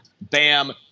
bam